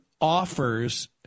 offers